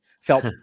felt